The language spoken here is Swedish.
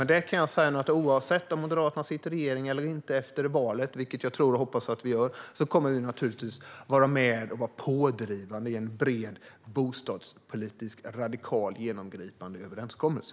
Jag kan dock säga att oavsett om Moderaterna sitter i regering eller inte efter valet - det tror och hoppas jag att vi gör - kommer vi att vara med och vara pådrivande i en bred, radikal och genomgripande bostadspolitisk överenskommelse.